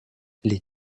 les